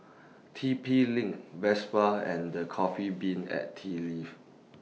T P LINK Vespa and The Coffee Bean and Tea Leaf